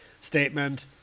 Statement